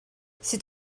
sut